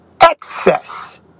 excess